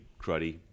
cruddy